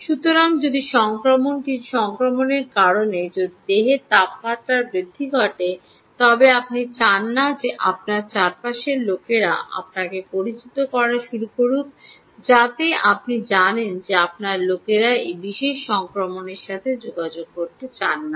সুতরাং যদি সংক্রামক কিছু সংক্রমণের কারণে যদি দেহের তাপমাত্রায় বৃদ্ধি ঘটে তবে আপনি চান না যে আপনার চারপাশের লোকেরা আপনাকে পরিচিত করা শুরু করুক যাতে আপনি জানেন যে আপনি লোকেরা সেই বিশেষ সংক্রমণের সাথে যোগাযোগ করতে চান না